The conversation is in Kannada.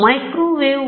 ಮೈಕ್ರೊವೇವ್